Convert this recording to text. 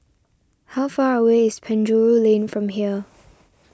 how far away is Penjuru Lane from here